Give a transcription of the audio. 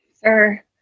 Sir